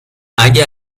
اگه